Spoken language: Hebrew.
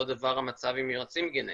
אותו דבר המצב עם יועצים גנטיים.